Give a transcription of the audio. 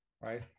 right